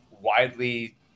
widely